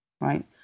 Right